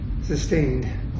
sustained